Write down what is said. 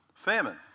Famine